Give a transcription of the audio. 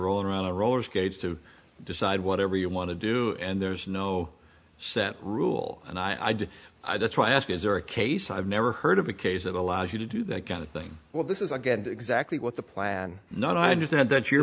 rolling around on roller skates to decide whatever you want to do and there's no set rule and i did i that's why i ask is there a case i've never heard of a case that allows you to do that kind of thing well this is again exactly what the plan not i understand that your